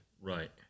Right